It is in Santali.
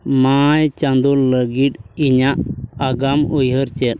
ᱢᱮᱭ ᱪᱟᱸᱫᱚ ᱞᱟᱹᱜᱤᱫ ᱤᱧᱟᱹᱜ ᱟᱜᱟᱢ ᱩᱭᱦᱟᱹᱨ ᱪᱮᱫ